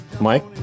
Mike